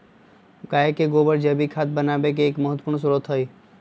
गाय के गोबर जैविक खाद बनावे के एक महत्वपूर्ण स्रोत हई